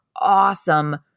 awesome